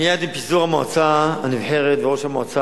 1. מייד עם פיזור המועצה הנבחרת וראש המועצה